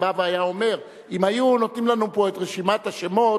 שבא והיה אומר: אם היו נותנים לנו פה את רשימת השמות,